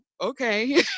okay